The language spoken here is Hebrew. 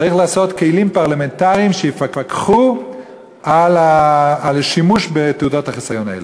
צריך לעשות כלים פרלמנטריים שיפקחו על השימוש בתעודות החיסיון האלה.